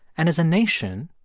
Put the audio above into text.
and as a nation,